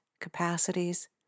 capacities